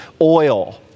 oil